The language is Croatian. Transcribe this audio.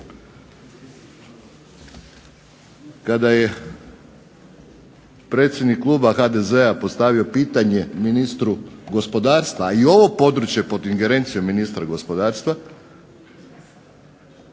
kada je predsjednik kluba HDZ-a postavio pitanje ministru gospodarstva, a i ovo područje je pod ingerencijom ministra gospodarstva,